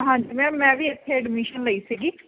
ਹਾਂਜੀ ਮੈਮ ਮੈਂ ਵੀ ਇੱਥੇ ਐਡਮਿਸ਼ਨ ਲਈ ਸੀਗੀ